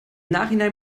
nachhinein